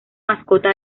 mascota